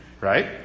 Right